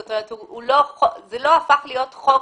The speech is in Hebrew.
זאת אומרת, זה לא הפך להיות חוק